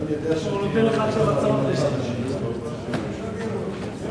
אני